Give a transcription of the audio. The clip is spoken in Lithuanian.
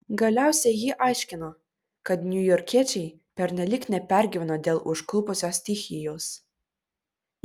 galiausiai ji aiškino kad niujorkiečiai pernelyg nepergyveno dėl užklupusios stichijos